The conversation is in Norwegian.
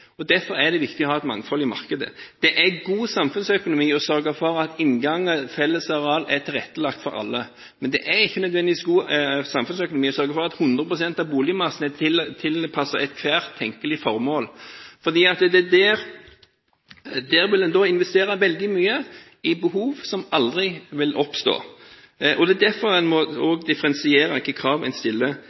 Derfor er det viktig å ha et mangfold i markedet. Det er god samfunnsøkonomi å sørge for at inngang og fellesareal er tilrettelagt for alle, men det er ikke nødvendigvis god samfunnsøkonomi å sørge for at 100 pst. av boligmassen er tilpasset ethvert tenkelig formål. Da vil en investere veldig mye i behov som aldri vil oppstå. Det er derfor en må differensiere hvilke krav en stiller